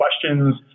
questions